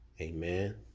Amen